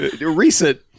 Recent